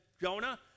Jonah